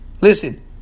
listen